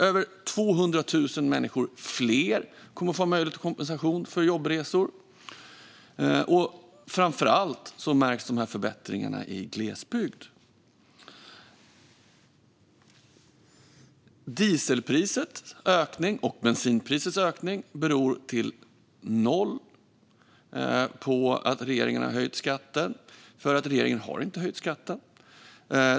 Över 200 000 fler människor kommer att få möjlighet till kompensation för jobbresor. Framför allt märks de här förbättringarna i glesbygd. Dieselprisets och bensinprisets ökning beror inte på att regeringen har höjt skatten, för regeringen har inte höjt skatten.